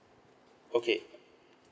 okay